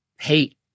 Hate